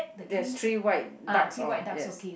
there's three white ducks orh yes